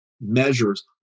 measures